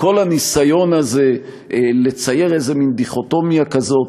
כל הניסיון הזה לצייר מין דיכוטומיה כזאת,